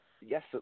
Yes